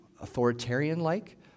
authoritarian-like